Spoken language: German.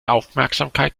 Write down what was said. aufmerksamkeit